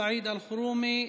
סעיד אלחרומי,